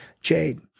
Jade